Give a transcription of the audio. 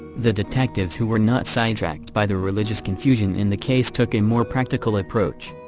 the detectives who were not sidetracked by the religious confusion in the case took a more practical approach.